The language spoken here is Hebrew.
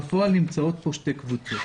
בפועל נמצאות כאן שתי קבוצות.